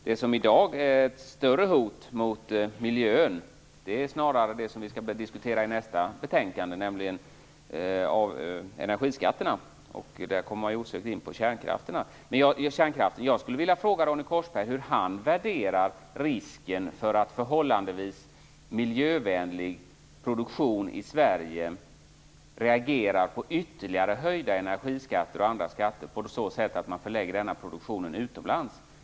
Något som i dag snarare är ett större hot mot miljön är det som vi skall diskutera i samband med nästa betänkande, nämligen energiskatterna, och då kommer man osökt in på kärnkraften. Jag skulle vilja fråga Ronny Korsberg hur han värderar risken för att förhållandevis miljövänlig produktion i Sverige reagerar på ytterligare höjda energiskatter och andra skatter på så sätt att man förlägger denna produktion utomlands.